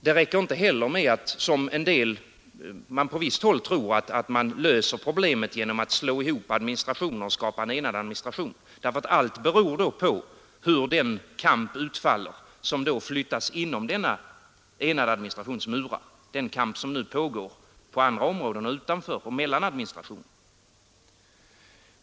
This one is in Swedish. Det går inte heller, som man på visst håll tror, att lösa problemet genom att slå ihop administrationer till en enhet därför att allt beror då på hur den kamp utfaller, som då flyttas inom denna enade administrations murar och som nu pågår på andra områden utanför och mellan administrationerna.